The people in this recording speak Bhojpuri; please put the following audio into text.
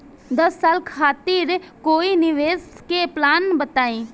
दस साल खातिर कोई निवेश के प्लान बताई?